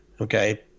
okay